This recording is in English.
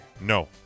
No